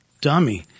dummy